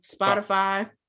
Spotify